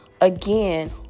again